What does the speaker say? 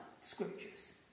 Scriptures